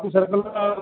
ଆଉ ସାର୍